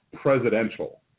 presidential